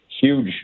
huge